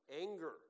anger